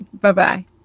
Bye-bye